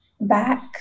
back